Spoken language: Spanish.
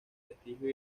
prestigio